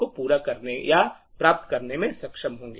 को पूरा करने या प्राप्त करने में सक्षम होंगे